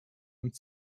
und